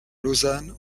lausanne